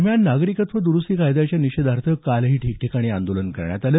दरम्यान नागरिकत्व द्रुस्ती कायद्याच्या निषेधार्थ कालही ठिकठिकाणी आंदोलन करण्यात आलं